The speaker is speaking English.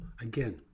again